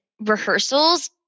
rehearsals